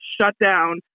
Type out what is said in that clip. shutdown